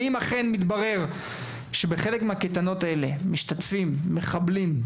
ואם אכן מתברר שבחלק מהקייטנות האלה משתתפים מחבלים,